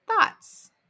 thoughts